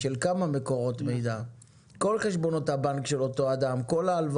בחוק הבנקאות הכללי,